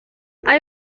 hay